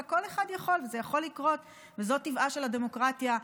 זה יכול לקרות וזו טבעה של הדמוקרטיה,